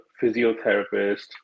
physiotherapist